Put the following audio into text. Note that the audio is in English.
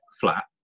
flat